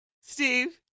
Steve